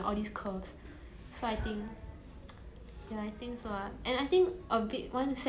a lot of people look at like skinny people and then they are like they envy that kind of body